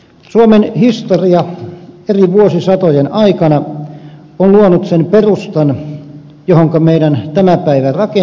suomen historia eri vuosisatojen aikana on luonut sen perustan johonka meidän tämä päivämme rakentuu